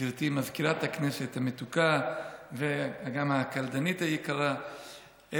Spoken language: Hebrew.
גברתי מזכירת הכנסת המתוקה וגם הקלדנית היקרה,